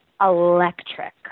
electric